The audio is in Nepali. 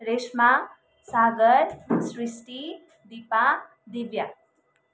रेशमा सागर सृष्टि दिपा दिव्या